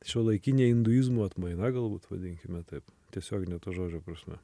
šiuolaikinė induizmo atmaina galbūt vadinkime taip tiesiogine to žodžio prasme